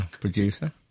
producer